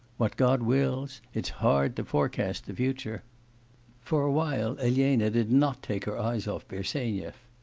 what god wills. it's hard to forecast the future for a while elena did not take her eyes off bersenyev.